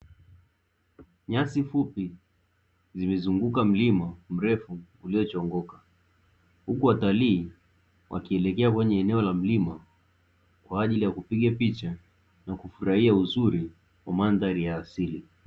Nyasi fupi zimezunguka mlima mrefu uliochongoka, huku watalii wakielekea kwenye eneo la mlima kwa ajili ya kupiga picha na kufurahia uzuri wa mandhari ya asili.